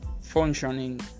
Functioning